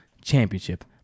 championship